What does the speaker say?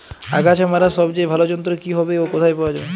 আগাছা মারার সবচেয়ে ভালো যন্ত্র কি হবে ও কোথায় পাওয়া যাবে?